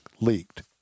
leaked